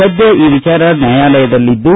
ಸದ್ಯ ಈ ವಿಚಾರ ನ್ವಾಯಾಲಯದಲ್ಲಿದ್ದು